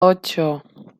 ocho